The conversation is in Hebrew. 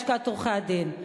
לשכת עורכי-הדין.